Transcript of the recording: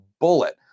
bullet